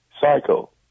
cycle